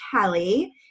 Kelly